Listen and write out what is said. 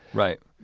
right?